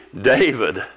David